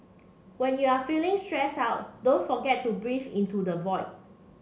when you are feeling stress out don't forget to breathe into the void